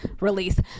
release